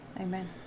Amen